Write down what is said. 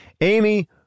Amy